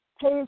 pays